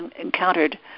encountered